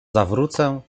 zawrócę